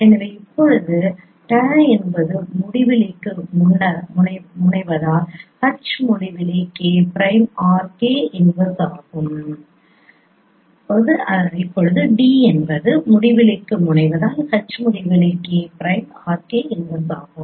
எனவே இப்போது d என்பது முடிவிலிக்கு முனைவதால் H முடிவிலி K prime R K inverse ஆகும்